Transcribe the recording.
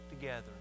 together